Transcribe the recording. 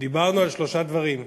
דיברנו על שלושה דברים: